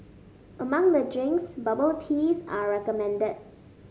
among the drinks bubble teas are recommended